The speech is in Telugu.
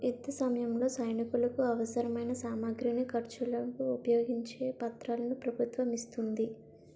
యుద్ధసమయంలో సైనికులకు అవసరమైన సామగ్రిని, ఖర్చులను ఉపయోగించే పత్రాలను ప్రభుత్వం ఇస్తోంది